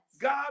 god